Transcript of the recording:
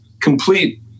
complete